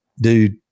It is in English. dude